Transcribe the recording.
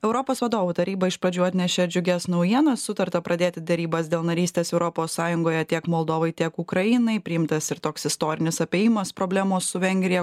europos vadovų taryba iš pradžių atnešė džiugias naujienas sutarta pradėti derybas dėl narystės europos sąjungoje tiek moldovai tiek ukrainai priimtas ir toks istorinis apėjimas problemos su vengrija